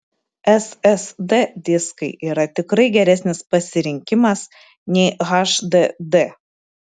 ssd diskai yra tikrai geresnis pasirinkimas nei hdd